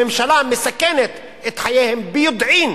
הממשלה מסכנת את חייהם ביודעין.